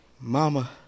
Mama